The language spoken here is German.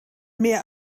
mehr